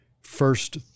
first